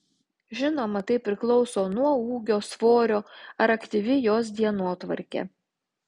žinoma tai priklauso nuo ūgio svorio ar aktyvi jos dienotvarkė